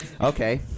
Okay